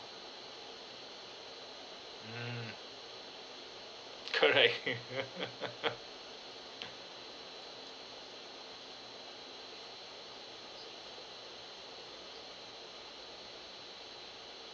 mm correct